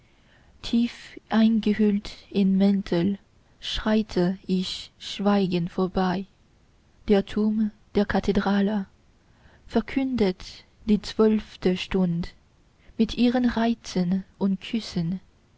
tief eingehüllt im mantel schreite ich schweigend vorbei der turm der kathedrale verkündet die zwölfte stund mit ihren reizen und küssen